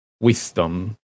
wisdom